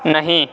نہیں